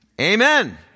Amen